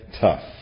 Tough